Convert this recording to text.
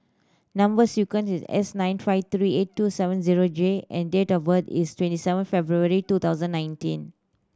number sequence is S nine five three eight two seven zero J and date of birth is twenty seven February two thousand nineteen